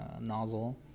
nozzle